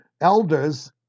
elders